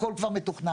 הכול כבר מתוכנן.